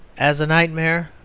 as a nightmare,